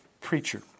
preacher